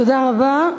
תודה רבה.